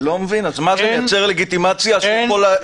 אני לא מבין זה יוצר לגיטימציה ------ אוקיי,